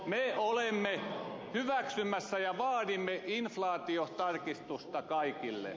me olemme hyväksymässä ja vaadimme inflaatiotarkistusta kaikille